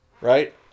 right